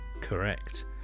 Correct